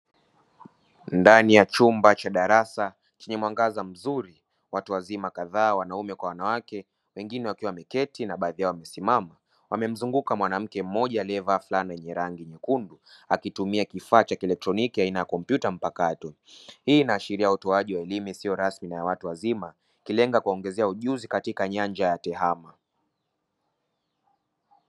Ndani ya chumba cha darasa chenye mwangaza mzuri watu wazima kadhaa wanaume kwa wanawake wengine wakiwa wameketi na baadhi yao wamesimama, wamemzunguka mwanamke mmoja aliyevalia flana yenye rangi nyekundu akitumia kifaa cha kieletroniki aina ya kompyuta mpakato. Hii inaashiria utoaji wa elimu isiyo rasmi na ya watu wazima ikilenga kuwaongezea ujuzi katika nyanja ya tehama.